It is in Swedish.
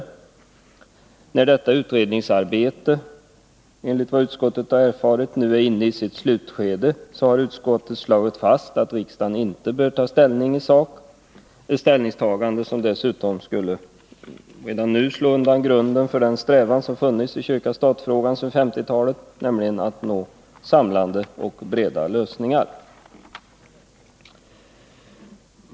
Utskottet anför att detta utredningsarbete enligt vad utskottet har erfarit är inne i sitt slutskede, varför riksdagen inte nu bör ta ställning i sak — ett ställningstagande redan nu skulle dessutom slå undan grunden för den strävan som funnits i kyrka-stat-frågan ända sedan 1950-talet, nämligen att nå samlande och breda lösningar.